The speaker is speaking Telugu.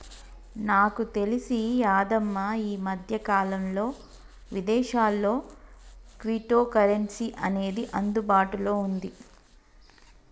నాకు తెలిసి యాదమ్మ ఈ మధ్యకాలంలో విదేశాల్లో క్విటో కరెన్సీ అనేది అందుబాటులో ఉంది